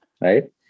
right